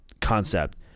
concept